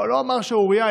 לא אומר שערורייה,